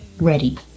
ready